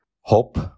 hope